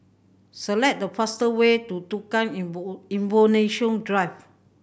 select the fastest way to Tukang Drive